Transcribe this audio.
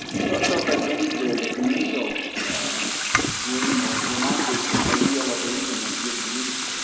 sort of against the initial dream or romantic ideal of the internet used to be.